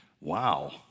wow